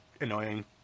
annoying